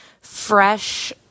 fresh